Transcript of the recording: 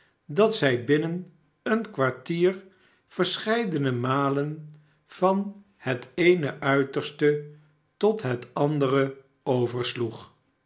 dat zij binnen een kwartier verscheidene malen van het eene uiterste tot het andere